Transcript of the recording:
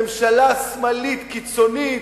ממשלה שמאלית קיצונית,